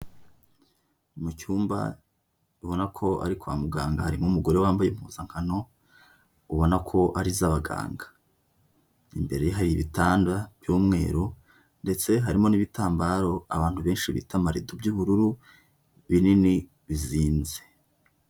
Mu cyumba ubona ko ari kwa muganga harimo umugore wambaye impuzankano ubona ko ari iz'abaganga, imbere ye hari ibitanda by'umweru ndetse harimo n'ibitambaro abantu benshi bita amarido by'ubururu binini bizinze.